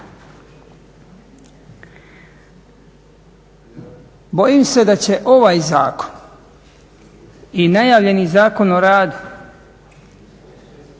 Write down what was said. Bojim se da će ovaj zakon i najavljeni Zakon o radu